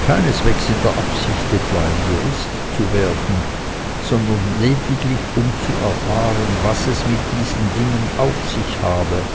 keineswegs in der absicht etwa ein jurist zu werden sondern lediglich um zu erfahren was es mit diesen dingen auf sich habe